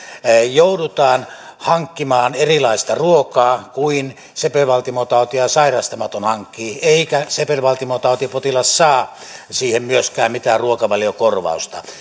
joudutaan hankkimaan erilaista ruokaa kuin mitä sepelvaltimotautia sairastamaton hankkii eikä myöskään sepelvaltimotautipotilas saa siihen mitään ruokavaliokorvausta